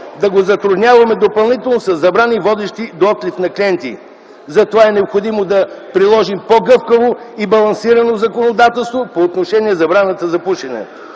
да го затрудняваме допълнително със забрани, водещи до отлив на клиенти. Затова е необходимо да приложим по-гъвкаво и балансирано законодателство по отношение забраната за тютюнопушене.